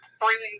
three